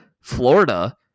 Florida